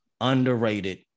Underrated